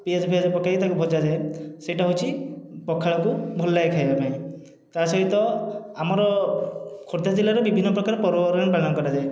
ପିଆଜ ଫିଆଜ ପକେଇ ତାକୁ ଭଜାଯାଏ ସେଇଟା ହେଉଛି ପଖାଳକୁ ଭଲ ଲାଗେ ଖାଇବାପାଇଁ ତା' ସହିତ ଆମର ଖୋର୍ଦ୍ଧା ଜିଲ୍ଲାରେ ବିଭିନ୍ନ ପ୍ରକାର ପର୍ବପର୍ବାଣୀ ପାଳନ କରାଯାଏ